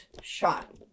shot